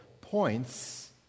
points